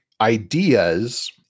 ideas